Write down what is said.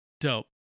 dope